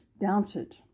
doubted